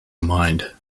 mined